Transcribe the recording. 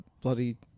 bloody